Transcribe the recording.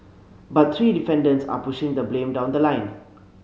but three defendants are pushing the blame down the line